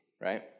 right